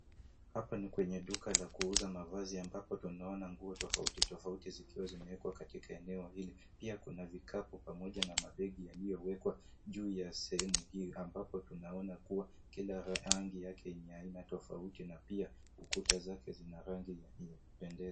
Hapa ni kwenye duka la kuuza mavazi ambapo tunaona nguo tofautitofauti zikiwa zimewekwa katika eneo hili, pia kuna vikapu pamoja na mabegi yaliyowekwa juu ya sehemu hii ambapo tunaona kuwa kila rangi yake ni ya aina tofauti na pia ukuta zake zina rangi yanayopendeza.